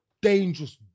dangerous